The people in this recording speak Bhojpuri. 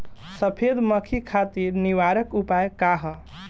सफेद मक्खी खातिर निवारक उपाय का ह?